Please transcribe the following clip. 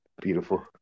Beautiful